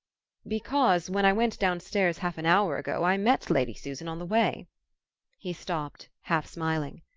because when i went downstairs half an hour ago i met lady susan on the way he stopped, half smiling.